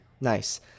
nice